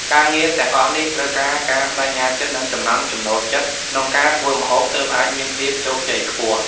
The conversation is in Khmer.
ការងារទាំងអស់នេះត្រូវការការប្តេជ្ញាចិត្ត និងចំណង់ចំណូលចិត្តក្នុងការធ្វើម្ហូបទើបអាចមានភាពជោគជ័យខ្ពស់។